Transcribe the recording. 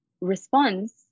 response